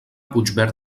puigverd